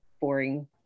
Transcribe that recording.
boring